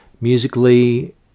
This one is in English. Musically